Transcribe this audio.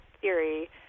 theory